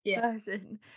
person